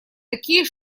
такие